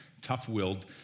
Tough-willed